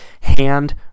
hand